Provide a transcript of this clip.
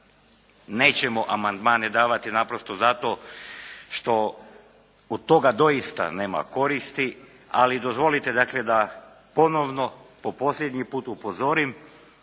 Nećemo amandmane davati naprosto zato što od toga doista nema koristi, ali dozvolite dakle da ponovno po posljednji put upozorim